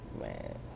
Man